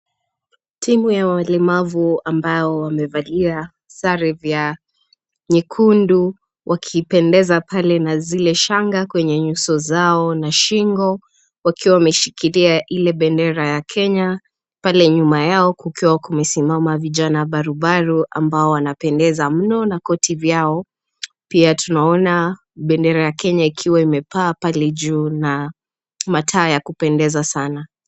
Timu ya walemavu ambao wamevalia sare vya nyekundu wakipendeza pale na zile shanga kwenye nyuso zao na shingo wakiwa wameshikilia ile bendera ya Kenya. Pale nyuma yao kukiwa kumesimama vijana barubaru ambao wanapendeza mno na koti vyao pia tunaona bendera ya Kenya ikiwa imepaa pale juu na mataa ya kupendeza sana.